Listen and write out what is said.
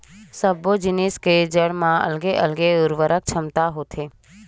सब्बो जिगर के जड़ म अलगे अलगे उरवरक छमता होथे